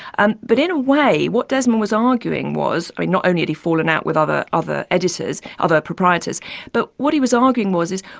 and but in a way, what desmond was arguing was i mean, not only had he fallen out with other other editors, other proprietors but what he was arguing was, is,